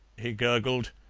he gurgled,